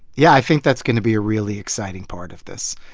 yeah. i think that's going to be a really exciting part of this.